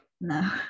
no